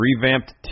Revamped